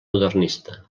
modernista